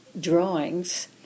drawings